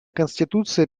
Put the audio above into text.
конституция